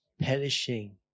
perishing